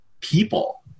people